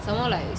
mmhmm